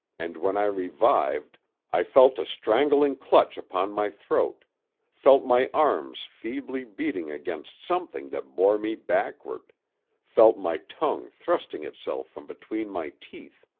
and when i revived i felt a strangling clutch upon my throat felt my arms feebly beating against something that bore me backward felt my tongue thrusting itself from between my teeth!